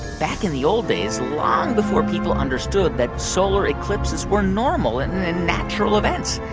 back in the old days, long before people understood that solar eclipses were normal and natural events,